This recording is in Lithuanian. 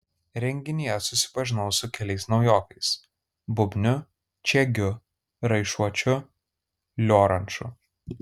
renginyje susipažinau su keliais naujokais bubniu čiegiu raišuočiu lioranču